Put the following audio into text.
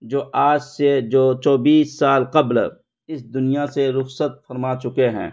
جو آج سے جو چوبیس سال قبل اس دنیا سے رخصت فرما چکے ہیں